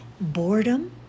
Boredom